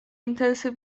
intensy